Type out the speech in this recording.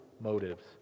motives